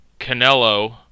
Canelo